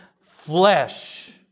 flesh